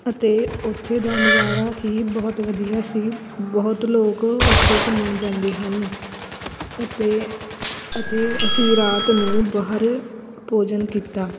ਅਤੇ ਉੱਥੇ ਦਾ ਨਜ਼ਾਰਾ ਹੀ ਬਹੁਤ ਵਧੀਆ ਸੀ ਬਹੁਤ ਲੋਕ ਉੱਥੇ ਘੁੰਮਣ ਜਾਂਦੇ ਹਨ ਅਤੇ ਅਤੇ ਅਸੀਂ ਰਾਤ ਨੂੰ ਬਾਹਰ ਭੋਜਨ ਕੀਤਾ